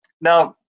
Now